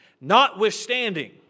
Notwithstanding